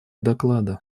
доклада